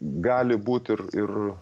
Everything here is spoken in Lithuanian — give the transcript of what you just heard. gali būt ir ir